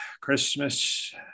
Christmas